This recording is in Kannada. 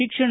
ಶಿಕ್ಷಣ